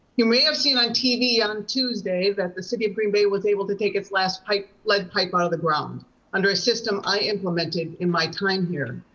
you may have seen on tv on tuesday that the city of green bay was able to take its last lead pipe out of the ground under a system i implemented in my time here.